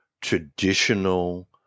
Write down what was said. traditional